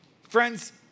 Friends